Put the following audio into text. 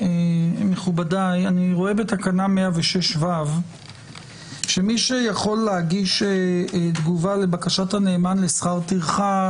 אני רואה בתקנה 106ו שמי שיכול להגיש תגובה לבקשת הנאמן לשכר טרחה